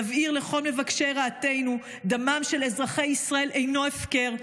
נבהיר לכל מבקשי רעתנו: דמם של אזרחי ישראל אינו הפקר,